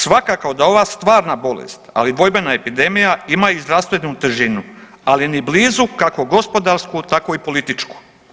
Svakako da ova stvarna bolest, ali i dvojbena epidemija ima i zdravstvenu težinu, ali ni blizu kako gospodarsku tako i političku.